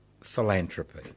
philanthropy